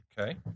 Okay